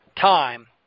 time